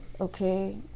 Okay